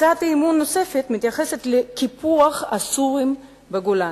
הצעת אי-אמון נוספת מתייחסת לקיפוח הסורים בגולן.